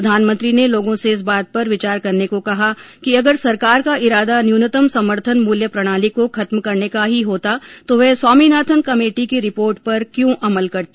प्रधानमंत्री ने लोगों से इस बात पर विचार करने को कहा कि अगर सरकार का इरादा न्यूनतम समर्थन मूल्य प्रणाली को खत्म करने का ही होता तो वह स्वामीनाथन कमेटी की रिपोर्ट पर क्यों अमल करती